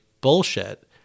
bullshit